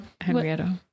Henrietta